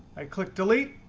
i click delete,